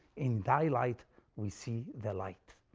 in thy light we see the light.